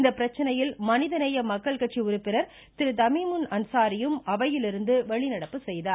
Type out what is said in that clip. இப்பிரச்னையில் மனிதநேய மக்கள் கட்சி உறுப்பினர் திரு தமீமுன் அன்சாரியும் அவையிலிருந்து வெளிநடப்பு செய்தார்